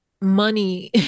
money